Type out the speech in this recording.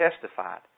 testified